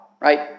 Right